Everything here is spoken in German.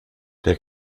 der